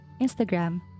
Instagram